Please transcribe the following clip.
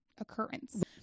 occurrence